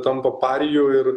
tampa pariju ir